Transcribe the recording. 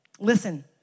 Listen